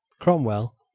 Cromwell